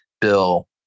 bill